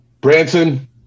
Branson